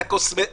את הקוסמטיקאיות.